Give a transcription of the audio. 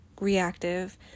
reactive